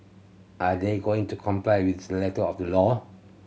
are they going to comply with the letter of the law